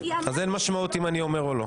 אז אין משמעות אם אני אומר או לא.